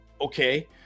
okay